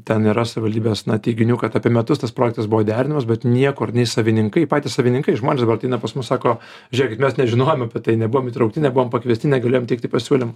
ten yra savivaldybės na teiginių kad apie metus tas projektas buvo derinamas bet niekur nei savininkai patys savininkai žmonės dabar ateina pas mus sako žiūrėkit mes nežinojom apie tai nebuvom įtraukti nebuvom pakviesti negalėjom teikti pasiūlymų